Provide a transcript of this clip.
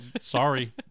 Sorry